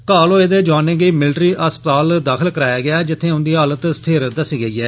घाल होये दे ज्ञानें गी मिलिटरी अस्पताल दाखल कराया गेया ऐ जित्थें उन्दी हालत स्थिर दस्सी गेई ऐ